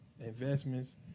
investments